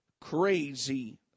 crazy